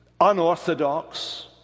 unorthodox